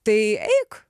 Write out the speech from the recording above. tai eik